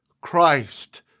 Christ